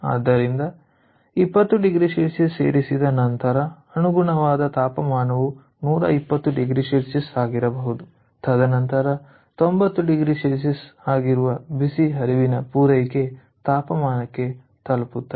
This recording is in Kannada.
ಆದ್ದರಿಂದ 20oC ಸೇರಿಸಿದ ನಂತರ ಅನುಗುಣವಾದ ತಾಪಮಾನವು 120oC ಆಗಿರಬಹುದು ತದನಂತರ 90oC ಆಗಿರುವ ಬಿಸಿ ಹರಿವಿನ ಪೂರೈಕೆ ತಾಪಮಾನಕ್ಕೆ ತಲುಪುತ್ತೇವೆ